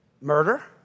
murder